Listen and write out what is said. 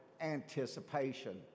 Anticipation